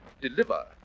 deliver